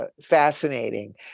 fascinating